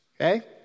okay